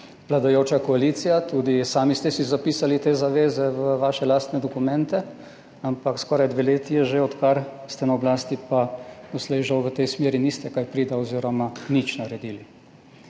vladajoča koalicija. Tudi sami ste si zapisali te zaveze v vaše lastne dokumente. Ampak skoraj dve leti je že odkar ste na oblasti, pa doslej žal v tej smeri niste kaj prida oziroma nič naredili.